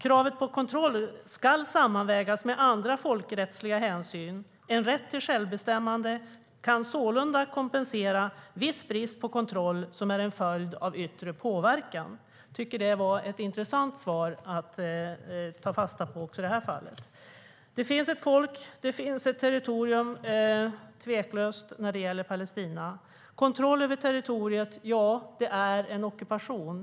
Kravet på kontroll skall sammanvägas med andra folkrättsliga hänsyn - en rätt till självbestämmande kan sålunda kompensera viss brist på kontroll som är en följd av yttre påverkan." Jag tycker att det var ett intressant svar att ta fasta på även i detta fall. Det finns ett folk, och det finns ett territorium. Det är tveklöst när det gäller Palestina. När det gäller kontroll över territoriet är det en ockupation.